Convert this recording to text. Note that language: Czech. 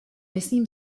myslím